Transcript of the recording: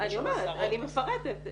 אני מפרטת.